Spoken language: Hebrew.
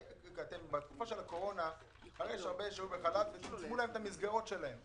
בתקופת הקורונה הרי יש הרבה אנשים שהיו בחל"ת וצמצמו את המסגרות שלהם,